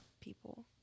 people